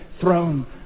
throne